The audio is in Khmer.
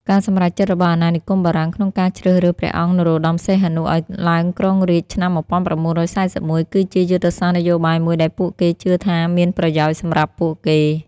ការសម្រេចចិត្តរបស់អាណានិគមបារាំងក្នុងការជ្រើសរើស ព្រះអង្គនរោត្ដម សីហនុ ឱ្យឡើងគ្រងរាជ្យនៅឆ្នាំ១៩៤១ គឺជាយុទ្ធសាស្ត្រនយោបាយមួយដែលពួកគេជឿថាមានប្រយោជន៍សម្រាប់ពួកគេ។